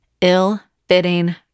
ill-fitting